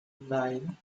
nine